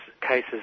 cases